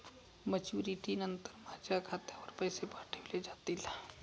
Maturity नंतर माझ्या खात्यावर पैसे पाठविले जातील?